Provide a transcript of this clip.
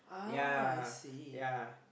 yea yea